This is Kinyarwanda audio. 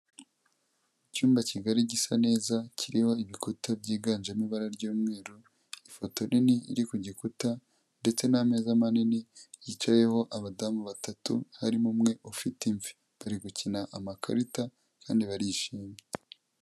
Icyumba kigari gisa neza, kiriho ibikuta byiganjemo ibara ry'umweru, ifoto nini iri ku gikuta ndetse n'ameza manini yicayeho abadamu batatu harimo umwe ufite imvi, bari gukina amakarita kandi barishimye.